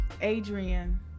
Adrian